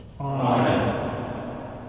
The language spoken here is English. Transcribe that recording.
Amen